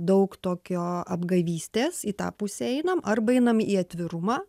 daug tokio apgavystės į tą pusę einam arba einam į atvirumą